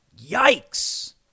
yikes